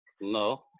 No